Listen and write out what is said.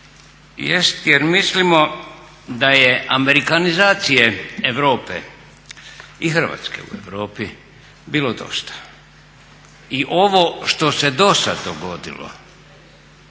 jest jer mislimo da je amerikanizacije Europe i Hrvatske u Europi bilo dosta. I ovo što se dosad dogodilo